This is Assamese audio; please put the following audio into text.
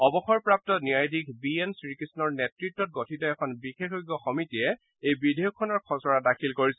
অৱসৰপ্ৰাপ্ত ন্যায়াধীশ বি এন শ্ৰীকৃষ্ণৰ নেতৃত্বত গঠিত এখন বিশেষজ্ঞ সমিতিয়ে এই বিধেয়কখনৰ খছৰা দাখিল কৰিছে